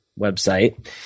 website